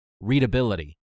Readability